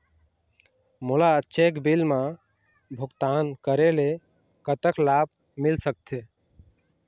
मोला cheque bill मा भुगतान करेले कतक लाभ मिल सकथे?